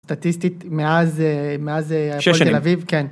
‫סטטיסטית מאז... ‫-שש שנים. ‫-מאז פול גלביב, כן.